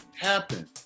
happen